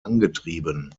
angetrieben